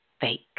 fake